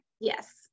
Yes